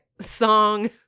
song